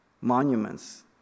monuments